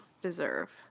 deserve